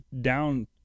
down